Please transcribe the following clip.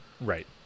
Right